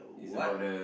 what